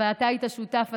אבל אתה היית שותף,